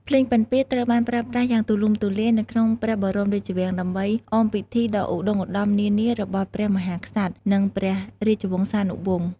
ភ្លេងពិណពាទ្យត្រូវបានប្រើប្រាស់យ៉ាងទូលំទូលាយនៅក្នុងព្រះបរមរាជវាំង ដើម្បីអមពិធីដ៏ឧត្ដុង្គឧត្ដមនានារបស់ព្រះមហាក្សត្រ និងព្រះរាជវង្សានុវង្ស។